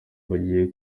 bagiye